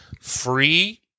free –